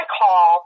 call